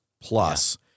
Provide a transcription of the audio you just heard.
plus